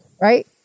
right